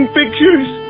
pictures